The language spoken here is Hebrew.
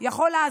אני יכול לעזור.